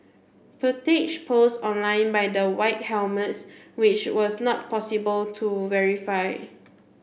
footage posted online by the White Helmets which was not possible to verify